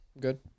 Good